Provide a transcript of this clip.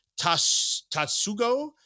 Tatsugo